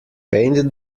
paint